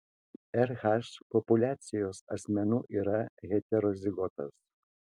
rh populiacijos asmenų yra heterozigotos